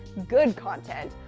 good content,